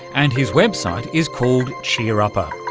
and his website is called cheerupper.